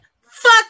fuck